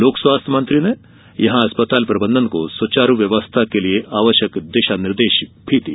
लोक स्वास्थ्य मंत्री ने यहां अस्पताल प्रबंधन को सुचारू व्यवस्था के लिये आवश्यक दिशा निर्देश भी दिए